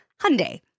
Hyundai